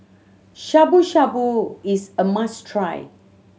Shabu Shabu is a must try